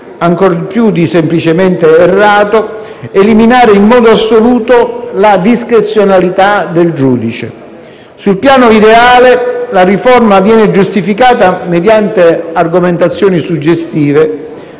ancor più che semplicemente errato, eliminare in modo assoluto la discrezionalità del giudice. Sul piano ideale la riforma viene giustificata mediante argomentazioni suggestive,